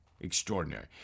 extraordinary